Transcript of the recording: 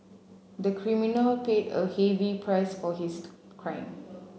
the criminal paid a heavy price for his crime